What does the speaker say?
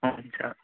हुन्छ हुन्छ